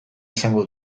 izango